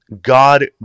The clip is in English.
God